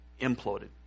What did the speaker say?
imploded